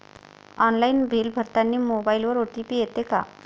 Online bill भरतानी मोबाईलवर OTP येते का?